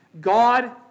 God